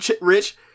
rich